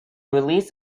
release